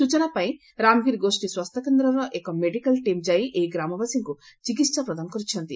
ସୂଚନା ପାଇ ରାମଗିରି ଗୋଷୀ ସ୍ୱାସ୍ଥ୍ୟ କେନ୍ଦର ଏକ ମେଡ଼ିକାଲ ଟିମ୍ ଯାଇ ଏହି ଗ୍ରାମବାସୀଙ୍କୁ ଚିକିହା ପ୍ରଦାନ କରିଛନ୍ତି